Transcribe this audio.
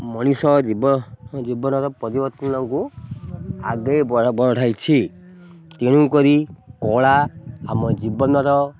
ମଣିଷ ଜୀବ ଜୀବନର ପରିବର୍ତ୍ତନକୁ ଆଗେ ବଢ଼ାଇଛି ତେଣୁକରି କଳା ଆମ ଜୀବନର